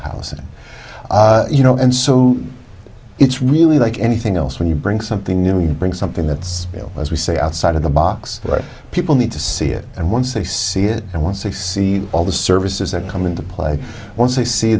housing you know and so it's really like anything else when you bring something new you bring something that's as we say outside of the box that people need to see it and once they see it and once they see all the services that come into play once they see